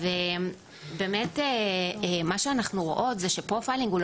מה שאנחנו רואות זה שפרופיילינג לא